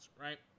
right